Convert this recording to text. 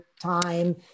time